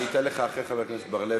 אני אתן לך אחרי חבר הכנסת בר-לב,